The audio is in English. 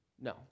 No